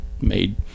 made